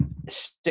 Six